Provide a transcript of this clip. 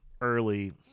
early